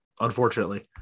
unfortunately